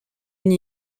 une